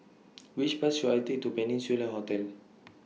Which Bus should I Take to Peninsula Hotel